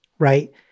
Right